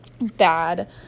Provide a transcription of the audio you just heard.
bad